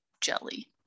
jelly